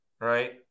right